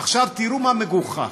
עכשיו, תראו מה מגוחך: